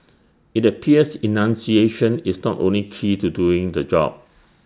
IT appears enunciation is not only key to doing the job